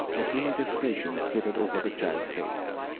a pleased expression flitted over the child's face,